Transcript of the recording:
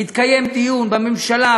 יתקיים דיון בממשלה,